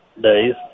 days